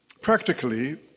Practically